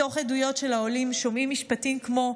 מתוך עדויות של העולים שומעים משפטים כמו: